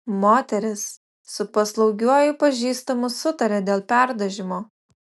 moteris su paslaugiuoju pažįstamu sutarė dėl perdažymo